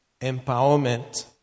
empowerment